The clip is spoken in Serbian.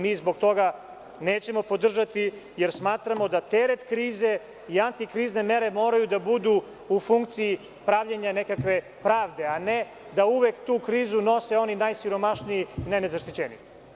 Mi zbog toga nećemo podržati, jer smatramo da teret krize i antikrizne mere moraju da budu u funkciji pravljenja nekakve pravde, a ne da uvek tu krizu nose oni najsiromašniji, ne ni najzaštićeniji.